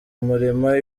murima